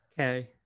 Okay